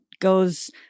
goes